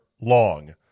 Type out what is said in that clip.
long